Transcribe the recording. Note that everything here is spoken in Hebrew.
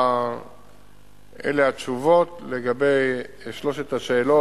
אלה התשובות לגבי שלוש השאלות,